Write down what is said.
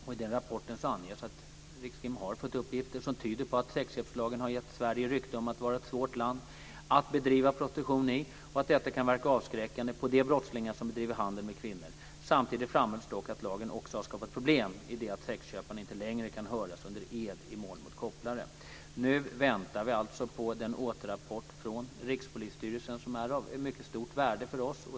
I den rapporten anges att Rikskrim har fått uppgifter som tyder på att sexköpslagen har gett Sverige rykte om att vara ett svårt land att bedriva prostitution i och att detta kan verka avskräckande på de brottslingar som bedriver handel med kvinnor. Samtidigt framhålls dock att lagen också har skapat problem i det att sexköparna inte längre kan höras under ed i mål mot koppplare. Nu väntar vi på den återrapport från Rikspolisstyrelsen som är av mycket stort värde för oss.